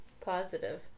Positive